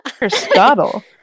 aristotle